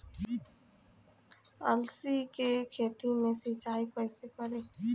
अलसी के खेती मे सिचाई कइसे करी?